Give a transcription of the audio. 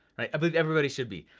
i believe everybody should be,